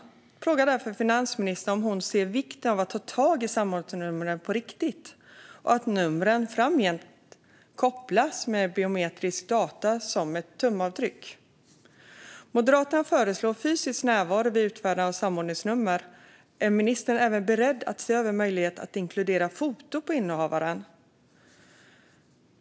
Jag frågar därför finansministern: Ser hon vikten av att ta tag i samordningsnumren på riktigt och av att numren framgent kopplas med biometriska data som exempelvis ett tumavtryck? Moderaterna föreslår fysisk närvaro vid utfärdande av samordningsnummer. Är ministern även beredd att se över möjligheten att inkludera foto på innehavaren?